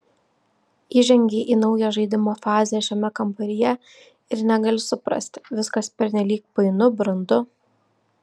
įžengei į naują žaidimo fazę šiame kambaryje ir negali suprasti viskas pernelyg painu brandu